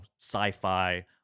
sci-fi